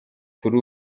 kuri